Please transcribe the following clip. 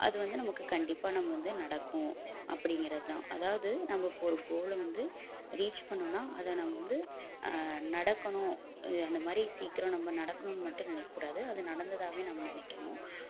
அது வந்து நமக்கு கண்டிப்பாக நம்ம வந்து நடக்கும் அப்படிங்கறது தான் அதாவது நம்ப இப்போ ஒரு கோலை வந்து ரீச் பண்ணணுன்னால் அதை நம்ம வந்து நடக்கணும் ஆ அந்த மாதிரி சீக்கிரோம் நம்ம நடக்கணும்னு மட்டும் நினைக்கூடாது அத நடந்ததாகவே நம்ம நினைக்கணும்